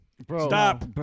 Stop